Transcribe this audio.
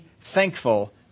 thankful